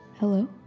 Hello